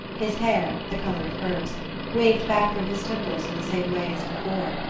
his hair the color of hers waved back from his temples in the same way as before.